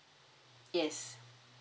yes